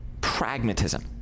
pragmatism